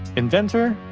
inventor,